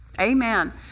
Amen